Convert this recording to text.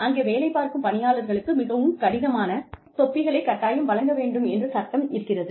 அங்கே வேலை பார்க்கும் பணியாளர்களுக்கு மிகவும் கடினமான தொப்பிகளை கட்டாயம் வழங்க வேண்டும் என்று சட்டம் இருக்கிறது